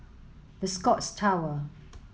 The Scotts Tower